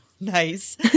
nice